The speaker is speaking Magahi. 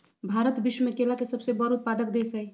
भारत विश्व में केला के सबसे बड़ उत्पादक देश हई